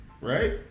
Right